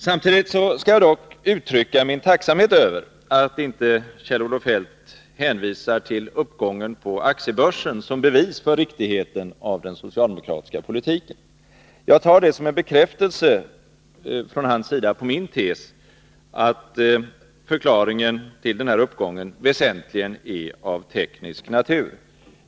Samtidigt skall jag dock uttrycka min tacksamhet över att Kjell-Olof Feldt inte hänvisar till uppgången på aktiebörsen som bevis för riktigheten av den socialdemokratiska politiken. Jag tar det som en bekräftelse från hans sida på min tes, att förklaringen till denna uppgång väsentligen är av teknisk natur.